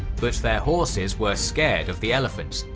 but their horses were scared of the elephants,